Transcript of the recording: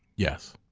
yes.